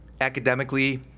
academically